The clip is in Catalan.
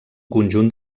conjunt